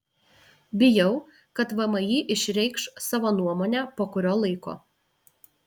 bijau kad vmi išreikš savo nuomonę po kurio laiko